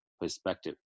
perspective